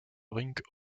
rink